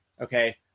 okay